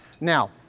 Now